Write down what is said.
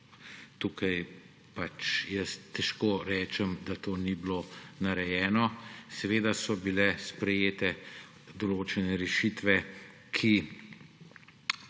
tukaj pač težko rečem, da to ni bilo narejeno. Seveda so bile sprejete določene rešitve, ki